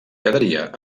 quedaria